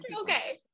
Okay